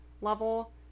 level